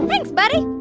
thanks, buddy.